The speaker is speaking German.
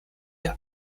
ihr